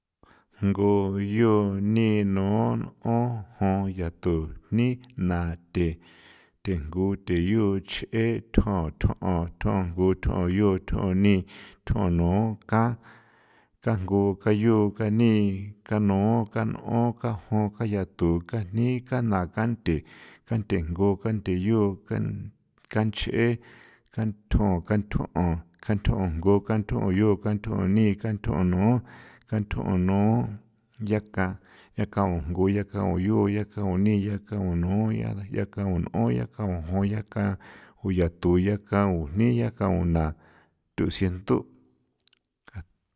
Jngu, yu, ni, nu, n'on, jon, yatu, jni, na, the, the jngu, the yuu, ch'e, thjon, thon 'on, thon jngu, thon yu, thon ni, thon nu, kan, kan jngu, kan yu, kan ni, kan nu, kan n'on, kan jon, kan yatu, kan jni, kan na, kan the, kanthe jngu, kanthe yu, kan kanch'e, kanthjon, kanthjon 'on, kanthjon jngu, kanthjon yu, kanthjon ni, kanthjon nu, kanthjon nu, yakan, yakan jngu, yakan yu, yakan ni, yakan nu, yakan n'on, yakan jon, yakan yatu, yakan jni, yakan na, thu sientho'.